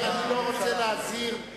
אני לא רוצה להזהיר,